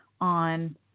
on